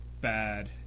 bad